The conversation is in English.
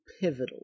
pivotal